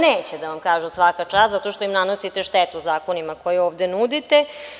Neće da vam kažu svaka čast, zato što im nanosite štetu zakonima koje ovde nudite.